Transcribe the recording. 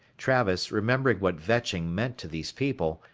travis, remembering what vetching meant to these people,